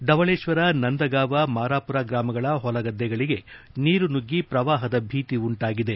ಡವಳೇಶ್ವರ ನಂದಗಾಂವ ಮಾರಾಪುರ ಗ್ರಾಮಗಳ ಹೊಲಗದ್ದೆಗಳಿಗೆ ನೀರು ನುಗ್ಗಿ ಪ್ರವಾಹದ ಭೀತಿ ಉಂಟಾಗಿದೆ